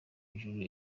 ijuru